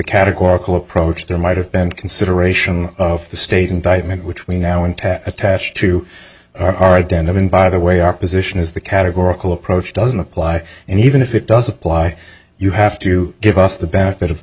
categorical approach there might have been consideration of the state indictment which we now intact attached to our den of and by the way our position is the categorical approach doesn't apply and even if it does apply you have to give us the benefit of the